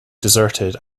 deserted